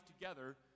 together